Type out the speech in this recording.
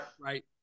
Right